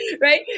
right